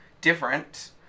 different